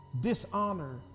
dishonor